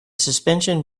suspension